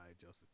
Joseph